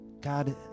God